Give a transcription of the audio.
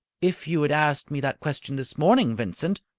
if you had asked me that question this morning, vincent,